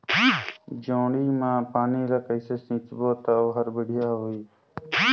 जोणी मा पानी ला कइसे सिंचबो ता ओहार बेडिया होही?